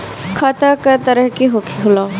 खाता क तरह के होला?